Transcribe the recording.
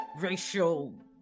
racial